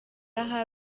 aha